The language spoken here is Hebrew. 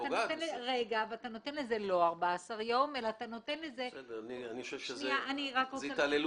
אבל אתה נותן לזה לא 14 יום --- אני חושב שזאת התעללות.